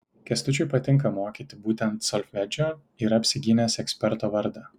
kęstučiui patinka mokyti būtent solfedžio yra apsigynęs eksperto vardą